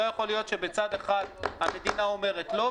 לא יכול להיות שמצד אחד המדינה אומרת לא,